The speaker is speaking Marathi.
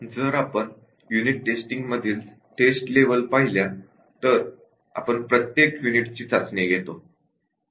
जर आपण युनिट टेस्टिंग मधील टेस्ट लेव्हल्स पाहिल्या तर आपण प्रत्येक युनिटची टेस्टिंग घेतो